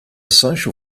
social